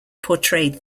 portrayed